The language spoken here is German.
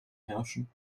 herrschen